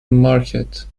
market